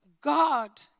God